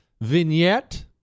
vignette